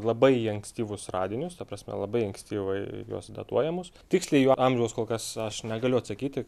labai ankstyvus radinius ta prasme labai ankstyvai juos datuojamus tiksliai jų amžiaus kol kas aš negaliu atsakyti